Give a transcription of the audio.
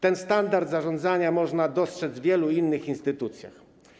Ten standard zarządzania można dostrzec w wielu innych instytucjach.